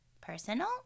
personal